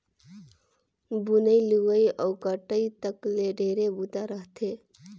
बुनई, लुवई अउ कटई तक ले ढेरे बूता रहथे